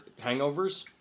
hangovers